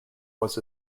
was